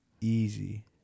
Easy